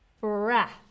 breath